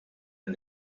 and